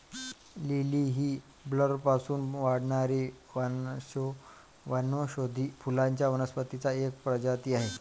lily ही बल्बपासून वाढणारी वनौषधी फुलांच्या वनस्पतींची एक प्रजाती आहे